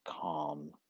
calm